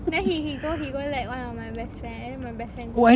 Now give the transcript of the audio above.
then he he go he go like one of my best friend and then my best friend go